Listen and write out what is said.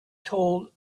told